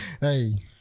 Hey